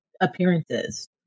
appearances